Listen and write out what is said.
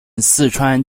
四川